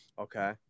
Okay